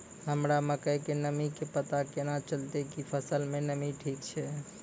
हमरा मकई के नमी के पता केना चलतै कि फसल मे नमी ठीक छै?